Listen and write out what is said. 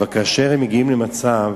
כאשר הם מגיעים למצב